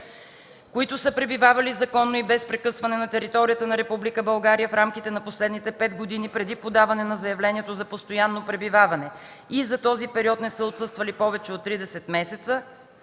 които са пребивавали законно и без прекъсване на територията на Република България в рамките на последните 5 години преди подаване на заявлението за постоянно пребиваване и за този период не са отсъствали повече от 30 месеца,